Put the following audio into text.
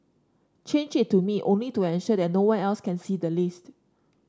change it to me only to ensure that no one else can see the list